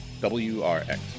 wrx